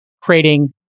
creating